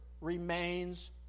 remains